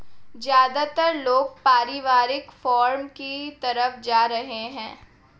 ज्यादातर लोग पारिवारिक फॉर्म की तरफ जा रहै है